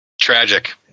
Tragic